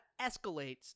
escalates